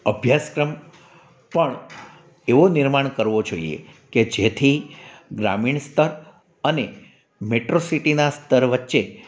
અભ્યાસક્રમ પણ એવો નિર્માણ કરવો જોઈએ કે જેથી ગ્રામીણ સ્તર અને મેટ્રો સિટીનાં સ્તર વચ્ચે